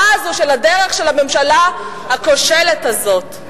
הזאת של הדרך של הממשלה הכושלת הזאת.